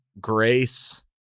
grace